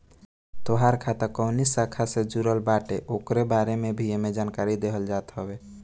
तोहार खाता कवनी शाखा से जुड़ल बाटे उकरे बारे में भी एमे जानकारी देहल होत हवे